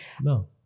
No